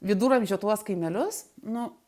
viduramžio tuos kaimelius nu